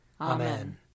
Amen